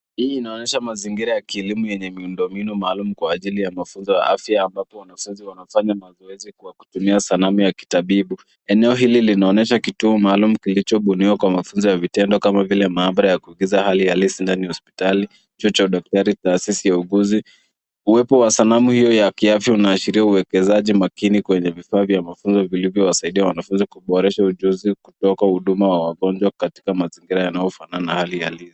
Hii inaonyesha mazingira ya kielimu yenye miundombinu maalum kwa ajili ya mafunzo ya afya ambapo wanafunzi wanafanya mazoezi kwa kutumia sanamu ya kitabibu. Eneo hili linaonyesha kituo maalum kilichobuniwa kwa mafunzo ya vitendo kama vile maabara ya kuigiza hali halisi ndani ya hospitali, choo cha daktari, taasisi ya uuguzi. Uwepo wa sanamu hio ya kiafya unaashiria uwekezaji makini kwenye vifaa vya mafunzo vilivyowasaidia wanafunzi kuboresha ujuzi kutoka huduma ya wagonjwa katika mazingira yanayofanana na hali halisi.